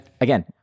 again